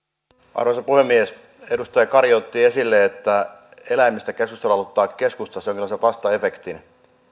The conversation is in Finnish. arvoisa puhemies edustaja kari otti esille että eläimistä keskustelu aloittaa keskustassa jonkinlaisen vastaefektin